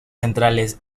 centrales